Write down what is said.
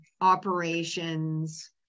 operations